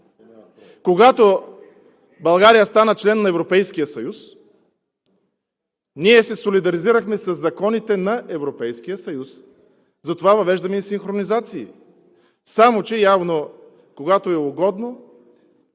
Когато България стана член на Европейския съюз, ние се солидаризирахме със законите на Европейския съюз, затова въвеждаме и синхронизации, само че явно, когато е угодно.